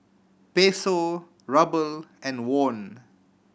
Peso Ruble and Won